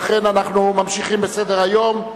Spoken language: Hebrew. לכן אנחנו ממשיכים בסדר-היום.